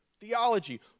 theology